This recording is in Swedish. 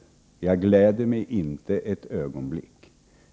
Jag gläder mig inte ett ögonblick.